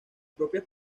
propias